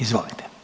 Izvolite.